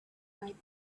might